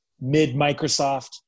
mid-Microsoft